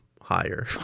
higher